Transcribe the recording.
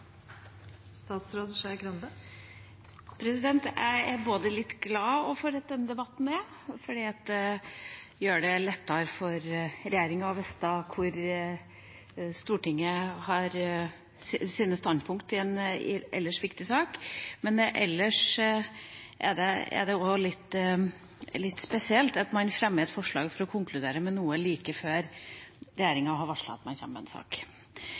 glad for denne debatten, for det gjør det lettere for regjeringa å vite hvor Stortinget har sine standpunkt i en ellers viktig sak. Men det er litt spesielt at man fremmer et forslag for å konkludere med noe like før regjeringa kommer med en sak, slik vi har varslet. Vi hadde i forrige periode en